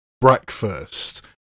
breakfast